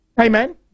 Amen